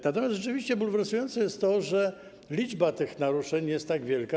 Natomiast rzeczywiście bulwersujące jest to, że liczba tych naruszeń jest tak wielka.